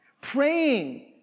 praying